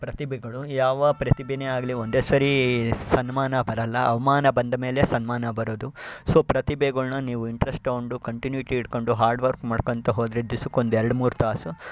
ಪ್ರತಿಭೆಗಳು ಯಾವ ಪ್ರತಿಭೆನೇ ಆಗಲಿ ಒಂದೇ ಸಾರಿ ಸನ್ಮಾನ ಬರಲ್ಲ ಅವಮಾನ ಬಂದಮೇಲೆ ಸನ್ಮಾನ ಬರೋದು ಸೊ ಪ್ರತಿಭೆಗಳನ್ನ ನೀವು ಇಂಟ್ರೆಸ್ಟ್ ತಗೊಂಡು ಕಂಟಿನ್ಯುಟಿ ಇಟ್ಕೊಂಡು ಹಾರ್ಡ್ ವರ್ಕ್ ಮಾಡ್ಕೊತ ಹೋದರೆ ದಿಸಕ್ಕೆ ಒಂದು ಎರಡು ಮೂರು ತಾಸು